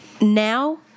now